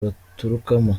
baturukamo